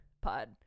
pod